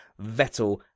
Vettel